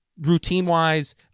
Routine-wise